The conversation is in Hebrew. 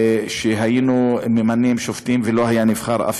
שהיינו ממנים שופטים ולא היה נבחר אף